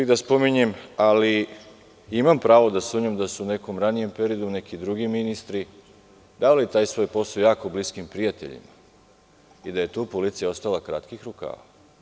Ne bih da spominjem, ali imam pravo da sumnjam da su u nekom ranijem periodu neki drugi ministri davali taj svoj posao jako bliskim prijateljima i da je tu policija ostala kratkih rukava.